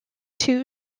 two